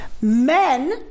Men